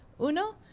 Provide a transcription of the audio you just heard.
Uno